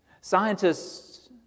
Scientists